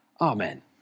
Amen